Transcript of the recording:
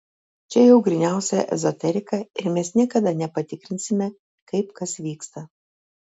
čia jau gryniausia ezoterika ir mes niekada nepatikrinsime kaip kas vyksta